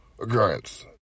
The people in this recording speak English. occurrence